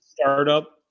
startup